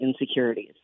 insecurities